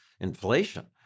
inflation